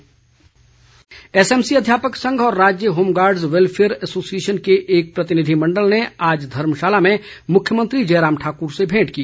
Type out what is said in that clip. भेंट एसएमसी अध्यापक संघ और राज्य होमगार्डस वैल्फेयर एसोसिएशन के एक प्रतिनिधिमण्डल ने आज धर्मशाला में मुख्यमंत्री जयराम ठाकुर से भेंट की